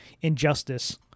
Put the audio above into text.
Injustice